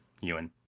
Ewan